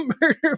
murder